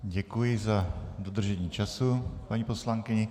Děkuji za dodržení času, paní poslankyně.